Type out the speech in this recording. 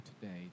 today